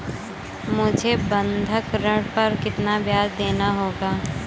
मुझे बंधक ऋण पर कितना ब्याज़ देना होगा?